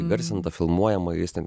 įgarsinta filmuojama jis net